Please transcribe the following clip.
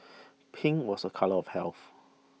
pink was a colour of health